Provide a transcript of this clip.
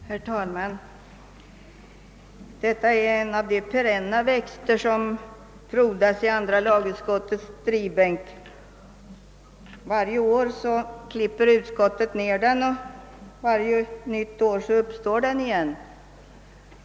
Herr talman! Detta är en av de perenna växter som frodas i andra lagutskottets drivbänk. Varje år klipper utskottet ned den, och varje år växer den upp igen.